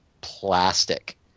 plastic